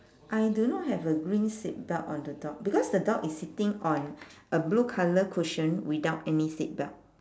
I do not have a green seat belt on the dog because the dog is sitting on a blue colour cushion without any seat belt